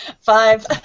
five